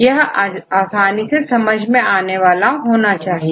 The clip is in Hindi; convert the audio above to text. छात्र आसानी से समझ में आना चाहिए